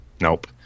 Nope